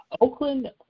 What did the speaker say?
Oakland